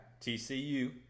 TCU